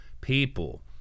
people